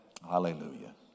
Hallelujah